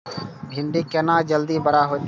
भिंडी केना जल्दी बड़ा होते?